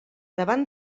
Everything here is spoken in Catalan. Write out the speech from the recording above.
davant